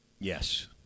Yes